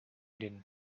din